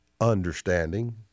understanding